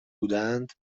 بودند